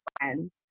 friends